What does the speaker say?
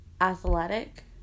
athletic